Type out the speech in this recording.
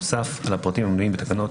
נוסף על הפרטים המנויים בתקנות